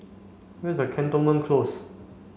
where is Cantonment Close